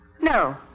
No